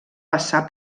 passar